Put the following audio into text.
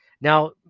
Now